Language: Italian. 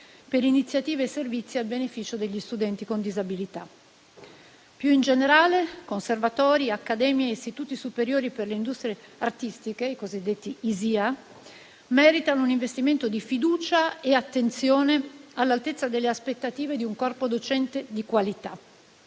per iniziative e servizi a beneficio degli studenti con disabilità. Più in generale, conservatori, accademie e istituti superiori per le industrie artistiche (ISIA) meritano un investimento di fiducia e attenzione all'altezza delle aspettative di un corpo docente di qualità.